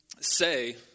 say